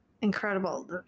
Incredible